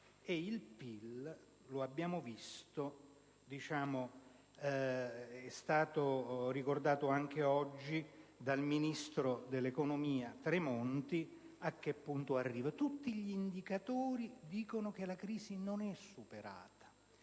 come è stato ricordato anche oggi dal ministro dell'economia Tremonti, a che punto arriva. Tutti gli indicatori dicono che la crisi non è superata.